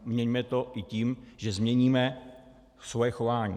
Měňme to i tím, že změníme svoje chování.